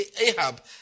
Ahab